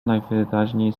najwyraźniej